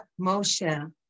Moshe